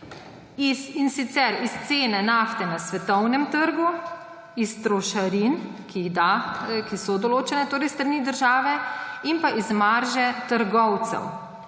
in sicer iz cene nafte na svetovnem trgu, iz trošarin, ki so določene s strani države, in iz marže trgovcev.